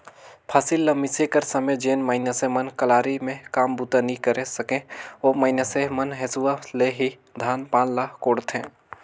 फसिल ल मिसे कर समे जेन मइनसे मन कलारी मे काम बूता नी करे सके, ओ मइनसे मन हेसुवा ले ही धान पान ल कोड़थे